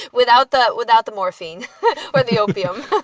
without that, without the morphine or the opium